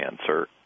answer